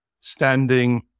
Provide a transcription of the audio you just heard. standing